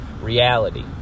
reality